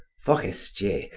forestier,